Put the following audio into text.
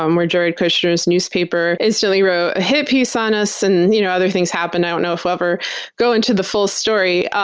um where jared kushner's newspaper instantly wrote a hit piece on us, and you know other things happened. i don't know if we'll ever go into the full story.